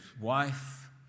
wife